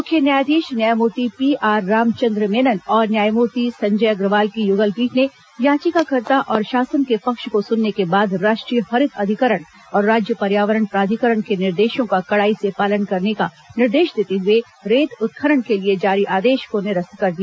मुख्य न्यायाधीश न्यायमूर्ति पीआर रामचंद्र मेनन और न्यायमूर्ति संजय अग्रवाल की युगल पीठ ने याचिकाकर्ता और शासन के पक्ष को सुनने के बाद राष्ट्रीय हरित अधिकरण और राज्य पर्यावरण प्राधिकरण के निर्देशों का कड़ाई से पालन करने का निर्देश देते हुए रेत उत्खनन के लिए जारी आदेश को निरस्त कर दिया